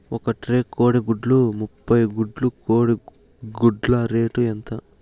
ఒక ట్రే కోడిగుడ్లు ముప్పై గుడ్లు కోడి గుడ్ల రేటు ఎంత?